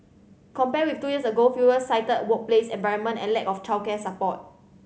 compared with two years ago fewer cited workplace environment and lack of childcare support